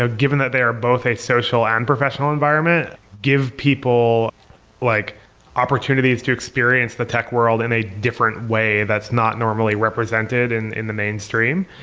ah given that they are both a social and professional environment, give people like opportunities to experience the tech world in a different way that's not normally represented in in the mainstream.